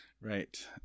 Right